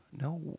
no